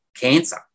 cancer